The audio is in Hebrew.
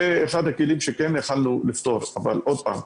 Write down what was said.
זה אחד הכלים שכן יכולנו לפתור אבל עוד פעם,